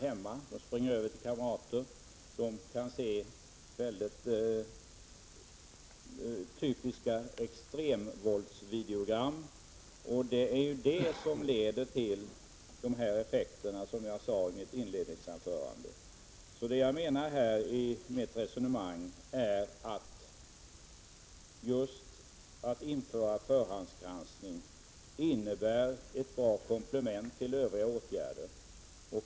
De springer över till kamrater och kan då få tillfälle att se typiska extremvåldsvideogram. Det leder till de här effekterna, som jag sade i mitt inledningsanförande. Med mitt resonemang vill jag visa att införande av förhandsgranskning skulle vara ett bra komplement till övriga åtgärder.